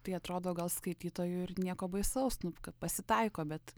tai atrodo gal skaitytojui ir nieko baisaus nu pasitaiko bet